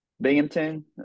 Binghamton